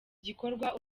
gikorwa